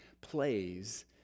plays